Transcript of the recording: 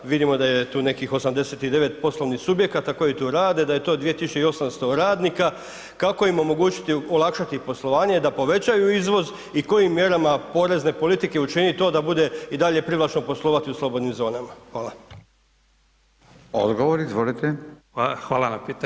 Vidimo da je tu nekih 89 poslovnih subjekata koji tu rade, da je to 2 tisuće i 800 radnika, kako im omogućiti, olakšati poslovanje da povećaju izvoz i kojim mjerama porezne politike učiniti to da bude i dalje privlačno poslovati u slobodnim zonama?